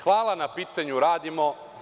Hvala na pitanju, radimo.